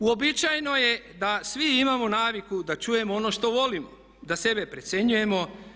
Uobičajeno je da svi imamo naviku da čujemo ono što volimo, da sebe precjenjujemo.